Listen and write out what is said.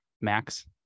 max